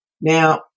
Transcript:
Now